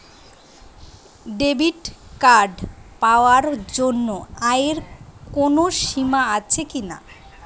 Debit card পাওয়ার জন্য আয়ের কোনো সীমা আছে কি?